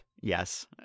Yes